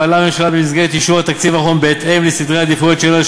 פעלה הממשלה במסגרת אישור התקציב האחרון בהתאם לסדרי העדיפויות שלה,